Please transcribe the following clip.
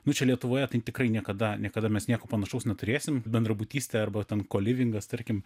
nu čia lietuvoje tai tikrai niekada niekada mes nieko panašaus neturėsim bendrabutystė arba ten kolivingas tarkim